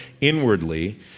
inwardly